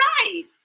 right